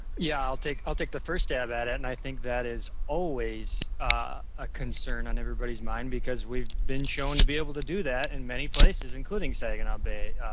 yeah, i'll take i'll take the first stab at it. and i think that is always a concern on everybody's mind because we've been shown to be able to do that in many places including saginaw bay,